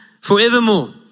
forevermore